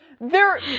They're-